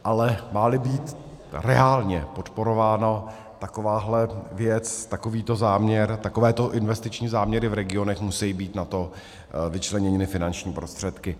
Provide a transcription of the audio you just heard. Ale máli být reálně podporována takováhle věc, takovýto záměr, takovéto investiční záměry v regionech, musejí být na to vyčleněny finanční prostředky.